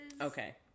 Okay